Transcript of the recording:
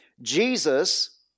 Jesus